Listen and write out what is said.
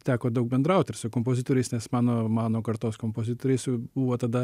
teko daug bendraut ir su kompozitoriais nes mano mano kartos kompozitoriai su buvo tada